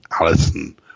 Allison